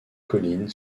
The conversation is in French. colline